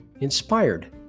inspired